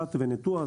מתת ונטועה,